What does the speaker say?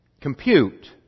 compute